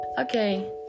Okay